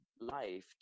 life